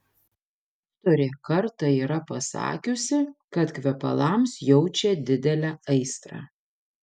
aktorė kartą yra pasakiusi kad kvepalams jaučia didelę aistrą